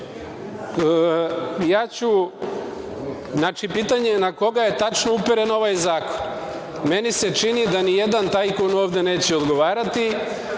pitanje je na koga je tačno uperen ovaj zakon. Meni se čini da nijedan tajkun ovde neće odgovarati.